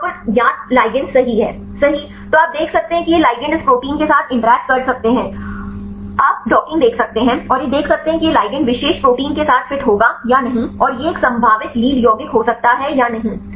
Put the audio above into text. और यहाँ पर ज्ञात लिगैंड सही है सही तो आप देख सकते हैं कि ये लिगंड इस प्रोटीन के साथ इंटरैक्ट कर सकते हैं आप डॉकिंग देख सकते हैं और यह देख सकते हैं कि यह लिगंड विशेष प्रोटीन के साथ सही फिट होगा या नहीं और यह एक संभावित लीड यौगिक हो सकता है या नहीं